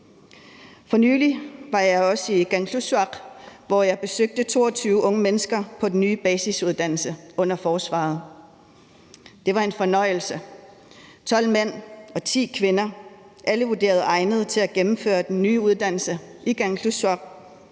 For nylig var jeg også i Kangerlussuaq, hvor jeg besøgte 22 unge mennesker på den nye basisuddannelse under forsvaret, og det var en fornøjelse: 12 mænd og 10 kvinder, der alle er vurderet egnede til at gennemføre den nye uddannelse i Kangerlussuaq.